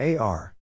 AR